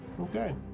Okay